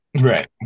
Right